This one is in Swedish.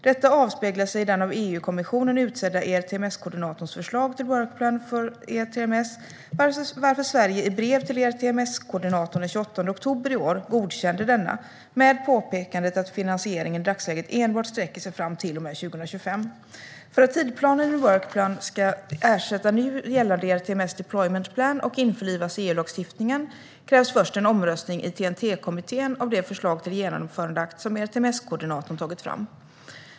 Detta avspeglar sig i den av EU-kommissionen utsedda ERTMS-koordinatorns förslag till Work Plan for ERTMS varför Sverige i brev till ERTMS-koordinatorn den 28 oktober i år godkände denna med påpekandet att finansieringen i dagsläget enbart sträcker sig fram till och med 2025. För att tidsplanen i Work Plan ska ersätta nu gällande ERTMS Deployment Plan och införlivas i EU-lagstiftningen krävs först en omröstning i TEN-T-kommittén om det förslag till genomförandeakt som ERTMS-koordinatorn tagit fram.